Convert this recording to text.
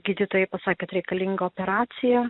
gydytojai pasakė kad reikalinga operacija